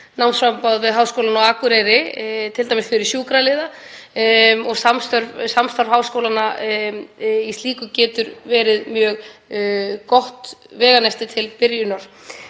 námsframboð við Háskólann á Akureyri fyrir sjúkraliða. Samstarf háskólanna í slíku getur verið mjög gott veganesti í byrjun.